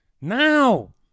Now